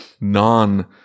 non